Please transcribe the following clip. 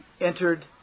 entered